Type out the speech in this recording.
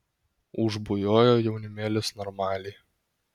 užbujojo jaunimėlis normaliai